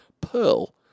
Pearl